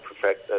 perfect